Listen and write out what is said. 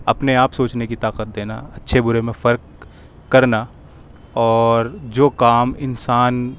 اپنے آپ سوچنے کی طاقت دینا اچھے برے میں فرق کرنا اور جو کام انسان